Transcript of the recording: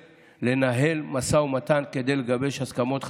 לנהל משא ומתן כדי לגבש הסכמות חדשות.